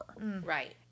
Right